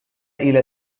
إلى